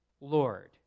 Lord